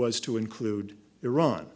was to include iran